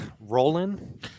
rolling